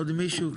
עוד מישהו?